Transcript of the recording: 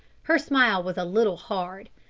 her smile was a little hard.